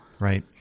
Right